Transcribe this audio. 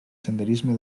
senderisme